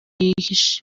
yihishe